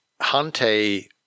Hante